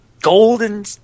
golden